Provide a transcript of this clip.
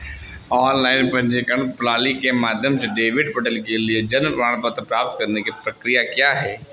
online पंजीकरण प्रणाली के माध्यम से डेविड पटेल के लिए जन्म प्रमाण पत्र प्राप्त करने की प्रक्रिया क्या है